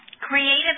creative